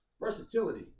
versatility